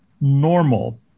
normal